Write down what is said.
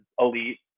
elite